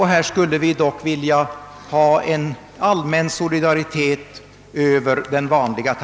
Här skulle vi dock vilja åstadkomma en allmän solidaritet.